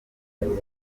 ariko